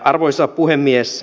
arvoisa puhemies